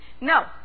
No